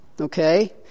okay